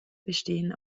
bestehen